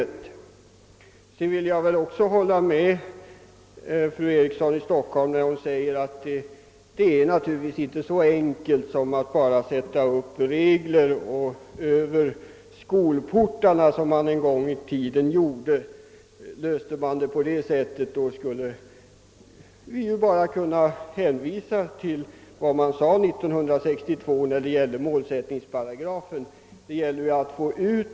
Jag håller med fru Eriksson i Stockholm när hon säger att det naturligtvis inte är så enkelt som att bara sätta upp regler — kanske över skolportarna som man gjorde en gång i tiden. Löste man problemet på det sättet skulle vi beträffande målsättningen kunna nöja oss med att hänvisa till läroplanen för grundskolan 1962.